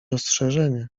ostrzeżenie